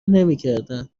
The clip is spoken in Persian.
نمیکردند